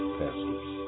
pastors